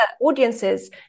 audiences